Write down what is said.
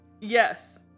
Yes